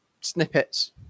snippets